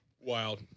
Wild